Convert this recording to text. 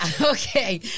Okay